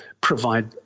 provide